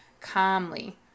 calmly